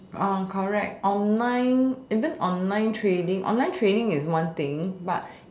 correct online isn't online trading online trading is one thing